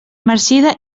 marcida